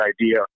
idea